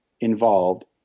involved